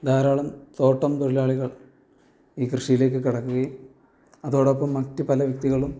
ധാരാളം തോട്ടം തൊഴിലാളികൾ ഈ കൃഷിയിലേക്ക് കടക്കുകയും അതോടൊപ്പം മറ്റു പല വ്യക്തികളും